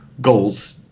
goals